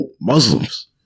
Muslims